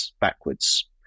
backwards